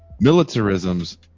militarism's